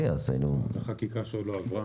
אז היינו --- זו חקיקה שעוד לא עברה.